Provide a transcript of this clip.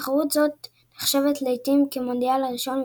תחרות זאת נחשבת לעיתים כמונדיאל הראשון,